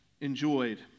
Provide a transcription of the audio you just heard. enjoyed